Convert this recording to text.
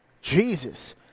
Jesus